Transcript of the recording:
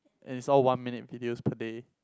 and it's all one minute videos per day